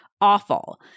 awful